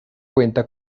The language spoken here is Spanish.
cuenta